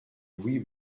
louis